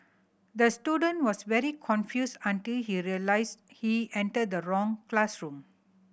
the student was very confused until he realised he entered the wrong classroom